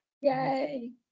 Yay